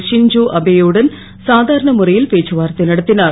Shinzo Abe யுடன் சாதாரண முறை ல் பேச்சுவார்த்தை நடத் னார்